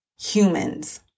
humans